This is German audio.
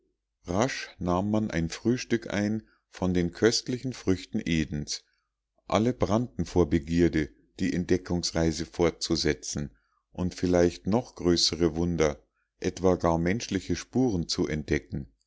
rasch nahm man ein frühstück ein von den köstlichen früchten edens alle brannten vor begierde die entdeckungsreise fortzusetzen und vielleicht noch größere wunder etwa gar menschliche spuren zu entdecken